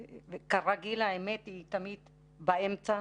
כרגיל האמת היא תמיד משהו באמצע.